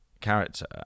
character